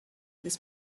this